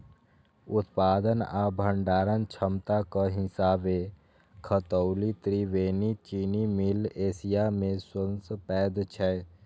उत्पादन आ भंडारण क्षमताक हिसाबें खतौली त्रिवेणी चीनी मिल एशिया मे सबसं पैघ छै